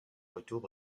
retour